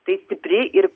tai stipriai ir